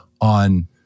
on